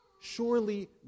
Surely